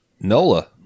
Nola